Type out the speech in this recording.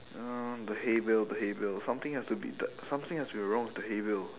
um the hay bale the hay bale something has to be the something has to be wrong with the hay bale